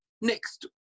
next